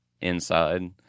inside